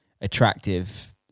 attractive